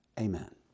amen